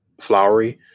flowery